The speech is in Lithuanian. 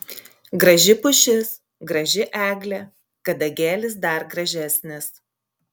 graži pušis graži eglė kadagėlis dar gražesnis